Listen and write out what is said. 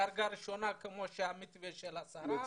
דרגה ראשונה, כמו המתווה של השרה,